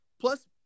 Plus